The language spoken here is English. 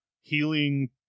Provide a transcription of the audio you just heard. healing